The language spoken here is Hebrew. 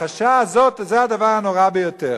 ההכחשה הזאת, זה הדבר הנורא ביותר.